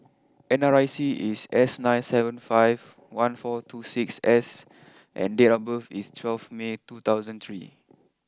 N R I C is S nine seven five one four two six S and date of birth is twelve May two thousand three